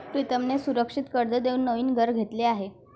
प्रीतमने सुरक्षित कर्ज देऊन नवीन घर घेतले आहे